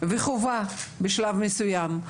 וחובה בשלב מסוים,